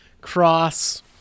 cross